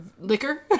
liquor